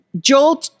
Joel